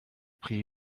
pris